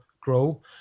grow